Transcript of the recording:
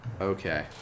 Okay